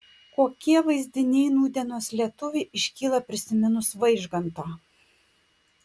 kokie vaizdiniai nūdienos lietuviui iškyla prisiminus vaižgantą